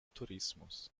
tourismus